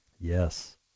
Yes